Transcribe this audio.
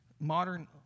modern